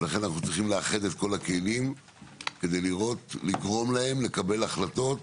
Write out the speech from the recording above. לכן אנחנו צריכים לאחד את כל הכלים כדי לגרום להם לקבל החלטות